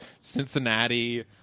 Cincinnati